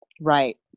Right